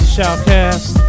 Shoutcast